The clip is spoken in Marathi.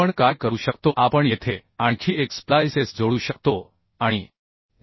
आपण काय करू शकतो आपण येथे आणखी एक स्प्लाइसेस जोडू शकतो आणि इथे